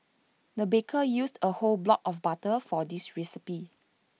the baker used A whole block of butter for this recipe